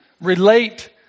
relate